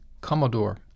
Commodore